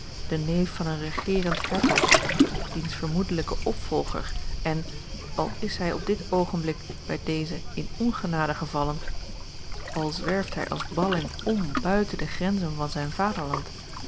de neef van een regeerend hertog diens vermoedelijke opvolger en al is hij op dit oogenblik bij dezen in ongenade gevallen al zwerft hij als balling om buiten de grenzen van zijn